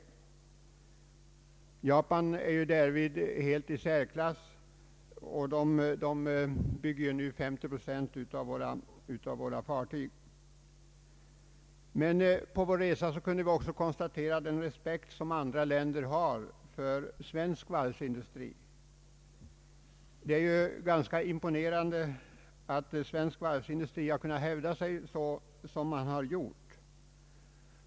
Japan är ju i dag helt i särklass och bygger 50 procent av alla fartyg. På vår resa kunde vi också konstatera den respekt som andra länder har för svensk varvsindustri. Det är ganska imponerande att svensk varvsindustri har kunnat hävda sig som den gjort.